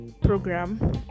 program